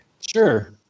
Sure